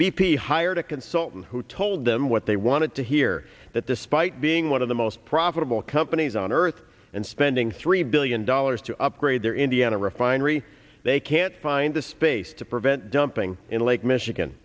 p hired a consultant who told them what they wanted to hear that despite being one of the most profitable companies on earth and spending three billion dollars to upgrade their indiana refinery they can't find the space to prevent dumping in lake michigan